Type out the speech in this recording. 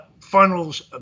funnels